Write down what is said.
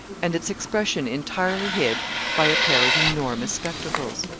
and its expression entirely hid by a pair of enormous spectacles.